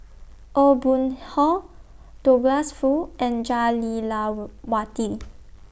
Aw Boon Haw Douglas Foo and Jah Lelawati